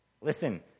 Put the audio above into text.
Listen